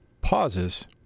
pauses